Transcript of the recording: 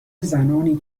زنانی